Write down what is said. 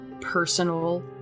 personal